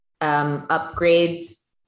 upgrades